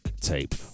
tape